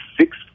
six